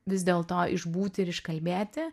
vis dėlto išbūti ir iškalbėti